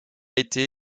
été